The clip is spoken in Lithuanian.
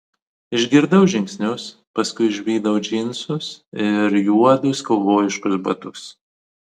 išgirdau žingsnius paskui išvydau džinsus ir juodus kaubojiškus batus